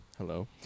Hello